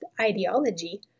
ideology